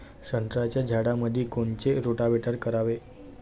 संत्र्याच्या झाडामंदी कोनचे रोटावेटर करावे?